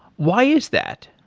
why is that?